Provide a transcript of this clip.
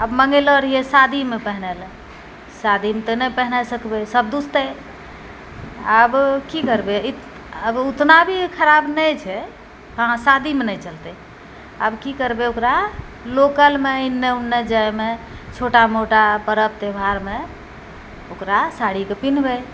आ मङ्गेलो रहियै शादी मे पहिरै लए शादी मे तऽ नहि पहिने सकबै सभ दुसतै आब की करबै ई आब उतना भी खराब नहि छै हाँ शादी मे नहि चलतै आब कि करबै ओकर लोकल मे इन्ने उन्ने जाइ मे छोटा मोटा परब त्यौहार मे ओकरा साड़ी के पिहनबै